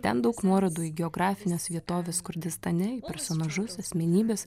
ten daug nuorodų į geografines vietoves kurdistane į personažus asmenybes